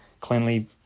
cleanly